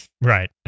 right